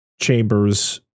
chambers